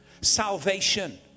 salvation